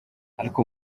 ariko